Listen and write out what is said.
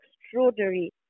extraordinary